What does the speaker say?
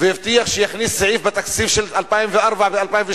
והבטיח שיכניס סעיף בתקציב של 2004 ו-2003?